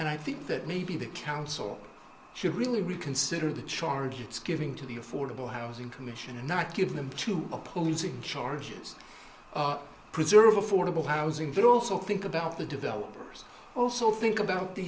and i think that maybe the council should really reconsider the charge it's giving to the affordable housing commission and not give them two opposing charges preserve affordable housing but also think about the developers also think about the